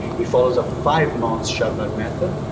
it follows a five-month charmat method.